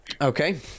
Okay